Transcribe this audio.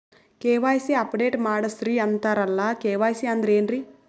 KYC update ಮಾಡಸ್ರೀ ಅಂತರಲ್ಲ KYC ಅಂದ್ರ ಏನ್ರೀ?